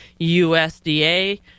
USDA